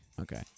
Okay